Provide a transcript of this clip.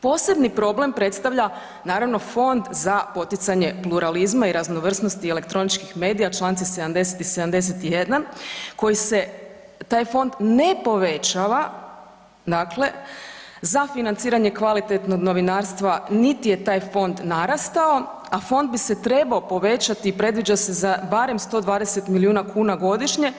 Posebni problem predstavlja naravno Fond za poticanje pluralizma i raznovrsnosti elektroničkih medija članci 70. i 71. koji se taj fond ne povećava, dakle za financiranje kvalitetnog novinarstva niti je taj fond narastao, a fond bi se trebao povećati i predviđa se za barem 120 milijuna kuna godišnje.